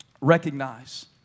recognize